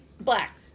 black